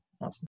Awesome